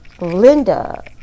Linda